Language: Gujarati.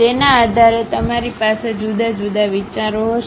તેના આધારે તમારી પાસે જુદા જુદા વિચારો હશે